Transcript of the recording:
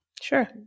Sure